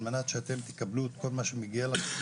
על מנת שאתם תקבלו את כל מה שמגיע לכם.